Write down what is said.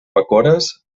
bacores